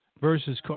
versus